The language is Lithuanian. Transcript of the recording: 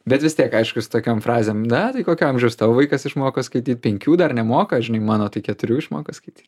bet vis tiek aišku jis tokiom frazėm na tai kokio amžiaus tavo vaikas išmoko skaityt penkių dar nemoka žinai mano tai keturių išmoko skaity